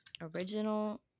Original